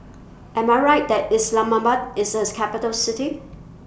Am I Right that Islamabad IS A Capital City